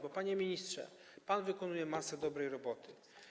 Bo, panie ministrze, pan wykonuje masę dobrej roboty.